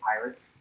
pilots